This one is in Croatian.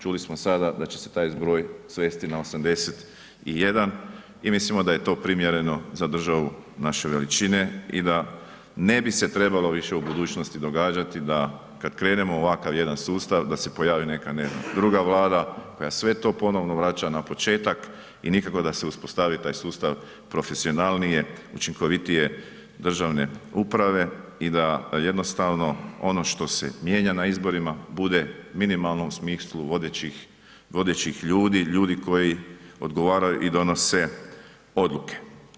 Čuli smo sada da će se taj zbroj svesti na 81 i mislimo da je to primjereno za državu naše veličine i da ne bi se trebalo više u budućnosti događati da kad krenemo u jedan ovakav sustav da se pojavi neka ne znam druga vlada koja sve to ponovno vraća na početak i nikako da se uspostavi taj sustav profesionalnije, učinkovitije državne uprave i da jednostavno ono što se mijenja na izborima bude u minimalnom smislu vodećih, vodećih ljudi, ljudi koji odgovaraju i donose odluke.